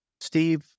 Steve